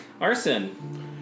Arson